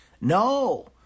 No